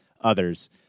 others